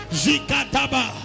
zikataba